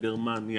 גרמניה,